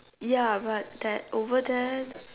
ya but that over there